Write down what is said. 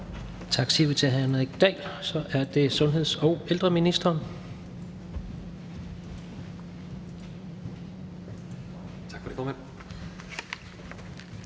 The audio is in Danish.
Tak siger vi til hr. Henrik Dahl. Så er det sundheds- og ældreministeren. Kl. 19:15 Sundheds-